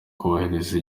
kubahiriza